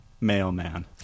Mailman